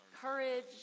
Courage